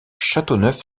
châteauneuf